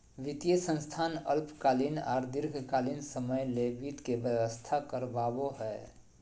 वित्तीय संस्थान अल्पकालीन आर दीर्घकालिन समय ले वित्त के व्यवस्था करवाबो हय